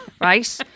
right